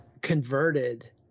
converted